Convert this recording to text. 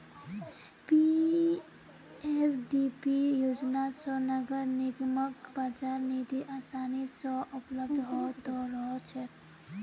PFDP योजना स नगर निगमक बाजार निधि आसानी स उपलब्ध ह त रह छेक